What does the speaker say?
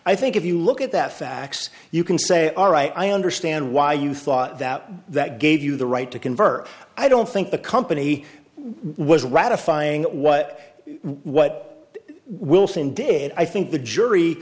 i think if you look at that fax you can say all right i understand why you thought that that gave you the right to convert i don't think the company was ratifying what what wilson did i think the jury